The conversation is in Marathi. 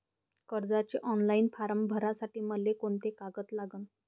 कर्जाचे ऑनलाईन फारम भरासाठी मले कोंते कागद लागन?